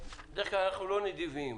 בדרך כלל אנחנו לא נדיבים